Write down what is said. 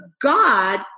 God